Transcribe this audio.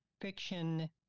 fiction